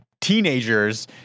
teenagers